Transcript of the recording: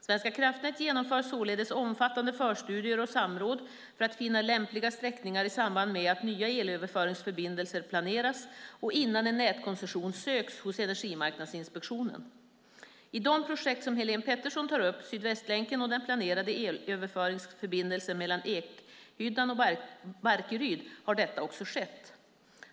Svenska kraftnät genomför således omfattande förstudier och samråd för att finna lämpliga sträckningar i samband med att nya elöverföringsförbindelser planeras och innan en nätkoncession söks hos Energimarknadsinspektionen. I de projekt som Helene Petersson tar upp, Sydvästlänken och den planerade elöverföringsförbindelsen mellan Ekhyddan och Barkeryd, har detta också skett.